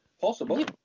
Possible